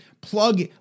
plug